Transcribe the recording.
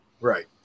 Right